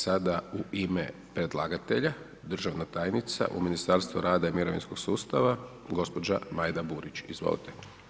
I sada u ime predlagatelja, državna tajnica u Ministarstvu rada i mirovinskog sustava, gospođa Majda Burić, izvolte.